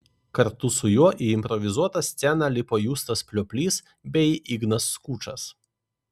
kartu su juo į improvizuotą sceną lipo justas plioplys bei ignas skučas